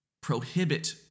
prohibit